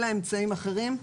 אלא אמצעיים אחרים.